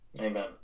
Amen